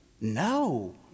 no